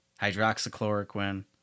hydroxychloroquine